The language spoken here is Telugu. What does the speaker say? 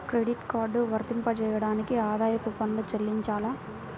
క్రెడిట్ కార్డ్ వర్తింపజేయడానికి ఆదాయపు పన్ను చెల్లించాలా?